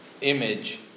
image